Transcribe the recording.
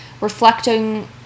reflecting